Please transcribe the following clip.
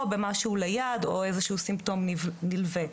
או במשהו ליד, או איזה סימפטום נלווה.